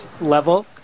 level